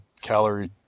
calorie